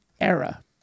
era